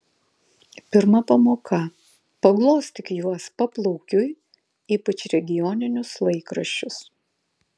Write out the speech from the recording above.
pirma pamoka paglostyk juos paplaukiui ypač regioninius laikraščius